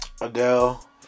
Adele